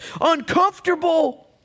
uncomfortable